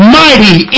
mighty